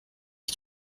que